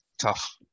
tough